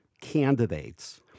candidates